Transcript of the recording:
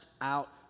out